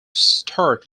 start